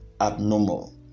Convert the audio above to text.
abnormal